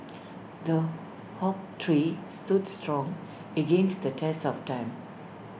the oak tree stood strong against the test of time